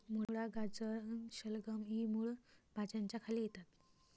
मुळा, गाजर, शलगम इ मूळ भाज्यांच्या खाली येतात